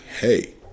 hey